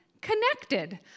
connected